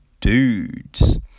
dudes